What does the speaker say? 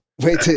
Wait